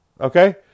okay